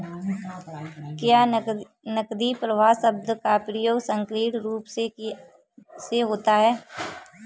क्या नकदी प्रवाह शब्द का प्रयोग संकीर्ण रूप से होता है?